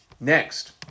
next